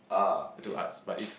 ah okay